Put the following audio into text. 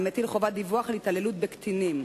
המטיל חובת דיווח על התעללות בקטינים.